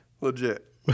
Legit